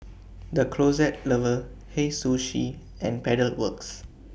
The Closet Lover Hei Sushi and Pedal Works